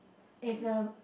is a